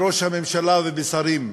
בראש הממשלה ובשרים.